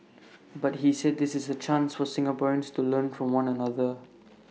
but he said this is A chance for Singaporeans to learn from one another